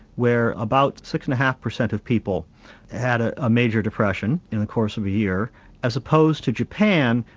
where about six and half per cent of people had ah a major depression in the course of a year as opposed to japan,